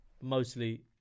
Mostly